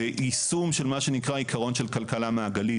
יישום של מה שנקרא עיקרון של כלכלה מעגלית,